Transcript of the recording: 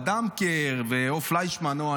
אדמקר ופליישמן או,